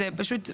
זה פשוט,